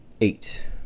eight